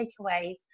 takeaways